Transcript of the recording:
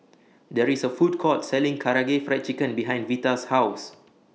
There IS A Food Court Selling Karaage Fried Chicken behind Vita's House